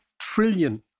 trillion